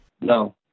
No